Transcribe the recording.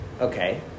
Okay